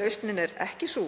Lausnin er ekki sú